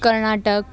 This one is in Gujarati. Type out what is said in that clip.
કર્ણાટક